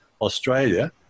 Australia